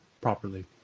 properly